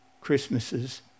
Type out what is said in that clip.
Christmases